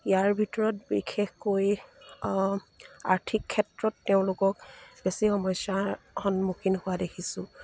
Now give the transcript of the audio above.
ইয়াৰ ভিতৰত বিশেষকৈ আৰ্থিক ক্ষেত্ৰত তেওঁলোকক বেছি সমস্যাৰ সন্মুখীন হোৱা দেখিছোঁ